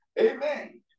Amen